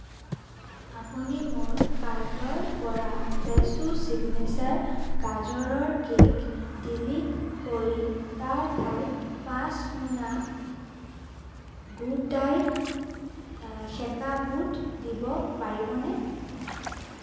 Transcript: আপুনি মোৰ কাৰ্টৰ পৰা ফ্ৰেছো চিগনেচাৰ গাজৰৰ কেক ডিলিট কৰি তাৰ ঠাইত পাঁচ মোনা গুড ডায়েট সেকা বুট দিব পাৰিবনে